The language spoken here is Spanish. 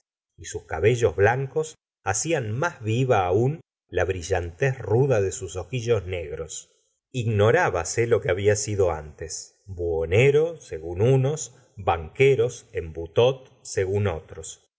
y sus cabellos blancos hacían más viva aún la brillantez ruda de sus ojillos negros ignorábase lo que había sido antes buhonero según unos banquero en boutot según otros